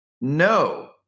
no